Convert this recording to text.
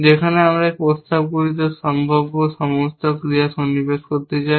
যেখানে আমরা এই প্রস্তাবগুলিতে সম্ভাব্য সমস্ত ক্রিয়া সন্নিবেশ করতে চাই